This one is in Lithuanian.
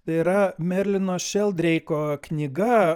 tai yra merlino šeldreiko knyga